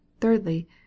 Thirdly